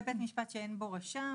אם הרישיון של הרופא כבר בוטל נניח וקרה,